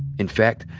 in fact,